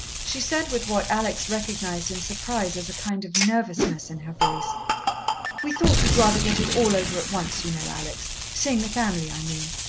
she said, with what alex recognized in surprise as a kind of nervousness in her voice we thought you'd rather get it all over at once, you know, alex. seeing the family, i mean.